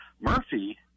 Murphy